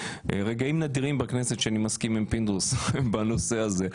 רגעים נדירים בכנסת שאני מסכים עם פינדרוס בנושא הזה.